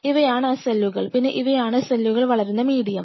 ഇവയാണ് ആ സെല്ലുകൾ പിന്നെ ഇവയാണ് സെല്ലുകൾ വളരുന്ന മീഡിയം